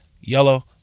yellow